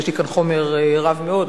יש לי כאן חומר רב מאוד,